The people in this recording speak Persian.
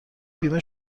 بیمه